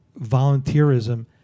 volunteerism